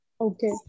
Okay